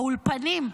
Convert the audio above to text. האולפנים,